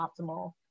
optimal